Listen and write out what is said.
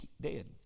dead